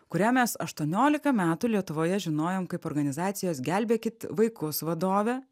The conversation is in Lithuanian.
kurią mes aštuoniolika metų lietuvoje žinojom kaip organizacijos gelbėkit vaikus vadovę